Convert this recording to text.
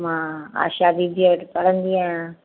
मां आशा दीदी वटि पढ़ंदी आहियां